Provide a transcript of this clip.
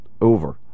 over